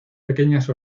pequeñas